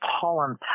pollen